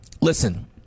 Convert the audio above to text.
Listen